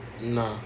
nah